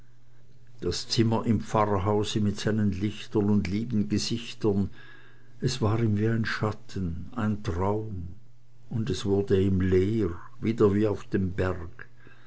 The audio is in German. das zimmer im pfarrhause mit seinen lichtern und lieben gesichtern es war ihm wie ein schatten ein traum und es wurde ihm leer wieder wie auf dem berg